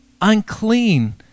unclean